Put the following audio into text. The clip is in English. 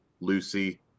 Lucy